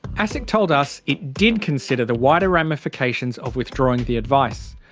asic told us it did consider the wider ramifications of withdrawing the advice.